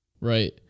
Right